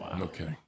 Okay